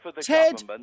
Ted